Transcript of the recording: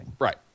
right